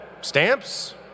stamps